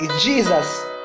Jesus